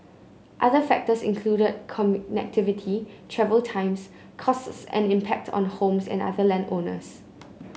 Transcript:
other factors include connectivity travel times costs and impact on homes and other land owners